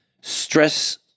Stress